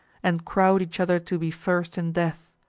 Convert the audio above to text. and crowd each other to be first in death.